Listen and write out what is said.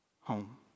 home